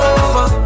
over